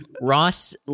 Ross